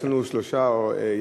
יש לנו עוד שלושה ימים,